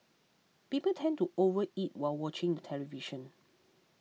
people tend to overeat while watching the television